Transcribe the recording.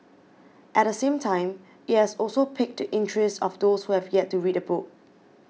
at the same time it has also piqued the interest of those who have yet to read the book